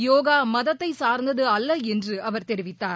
யோகா மதத்தை சார்ந்தது அல்ல என்று அவர் தெரிவித்தார்